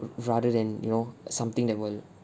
r~ rather than you know something that will